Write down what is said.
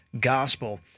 gospel